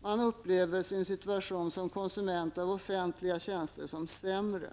man upplever sin situation som konsument av offentliga tjänster som sämre.